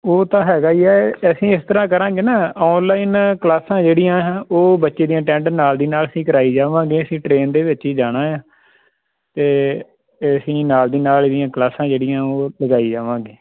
ਉਹ ਤਾਂ ਹੈਗਾ ਹੀ ਹੈ ਅਸੀਂ ਇਸ ਤਰ੍ਹਾਂ ਕਰਾਂਗੇ ਨਾ ਔਨਲਾਈਨ ਕਲਾਸਾਂ ਜਿਹੜੀਆਂ ਆ ਉਹ ਬੱਚੇ ਦੀਆਂ ਅਟੈਂਡ ਨਾਲ ਦੀ ਨਾਲ ਅਸੀਂ ਕਰਵਾਈ ਜਾਵਾਂਗੇ ਅਸੀਂ ਟਰੇਨ ਦੇ ਵਿੱਚ ਹੀ ਜਾਣਾ ਹੈ ਅਤੇ ਅਸੀਂ ਨਾਲ ਦੀ ਨਾਲ ਇਹਦੀਆਂ ਕਲਾਸਾਂ ਜਿਹੜੀਆਂ ਉਹ ਲਗਾਈ ਜਾਵਾਂਗੇ